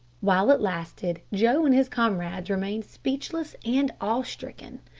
while it lasted, joe and his comrades remained speechless and awe-stricken.